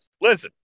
listen